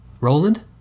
Roland